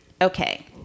Okay